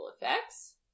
effects